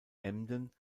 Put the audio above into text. emden